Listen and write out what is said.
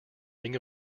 ring